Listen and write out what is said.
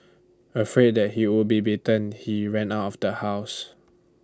afraid that he would be beaten he ran out of the house